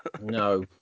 No